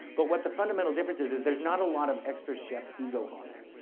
but what the fundamental difference is, is there's not a lot of extra chef ego on there.